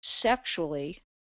sexually